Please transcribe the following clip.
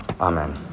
Amen